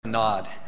nod